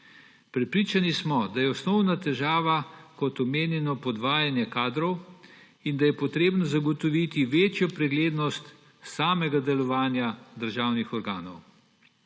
Prepričani smo, da je osnovna težava, kot omenjeno, podvajanje kadrov in da je treba zagotoviti večjo preglednost samega delovanja državnih organov.